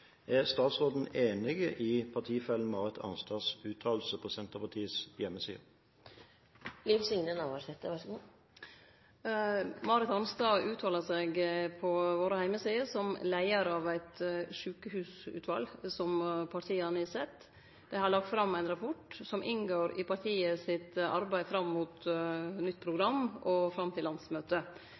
Er statsråden enig i partifelle Marit Arnstads uttalelse på Senterpartiets hjemmeside? Marit Arnstad uttalar seg på våre heimesider som leiar av eit sjukehusutval som partiet har sett ned. Dei har lagt fram ein rapport som inngår i partiet sitt arbeid fram mot nytt program og fram til landsmøtet.